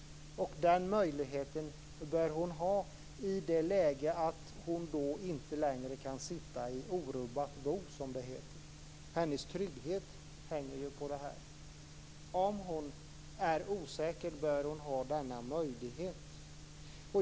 Och den möjligheten bör hon ha i det läget att hon inte längre kan sitta i orubbat bo, som det heter. Hennes trygghet hänger ju på detta. Om hon är osäker bör hon ha denna möjlighet.